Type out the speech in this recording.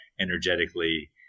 energetically